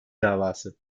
davası